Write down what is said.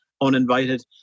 uninvited